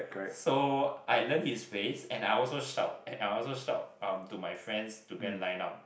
so I learn his ways and I also shout and I also shout um to my friends to go and line up